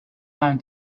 down